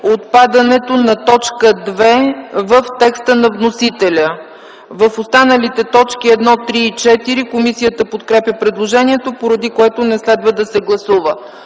отпадане на т. 2 в текста на вносителя. В останалите т. 1, 3 и 4 комисията подкрепя предложението, поради което не следва да се гласува.